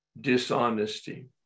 dishonesty